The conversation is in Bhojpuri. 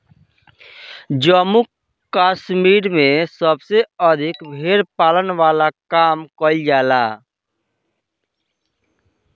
जम्मू कश्मीर में सबसे अधिका भेड़ पालन वाला काम कईल जाला